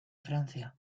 francia